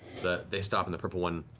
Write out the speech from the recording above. they stop, and the purple one